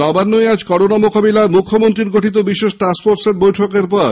নবান্নে আজ করোনা মোকাবিলায় মুখ্যমন্ত্রীর গঠিত বিশেষ টাস্কফোর্সের বৈঠক বসে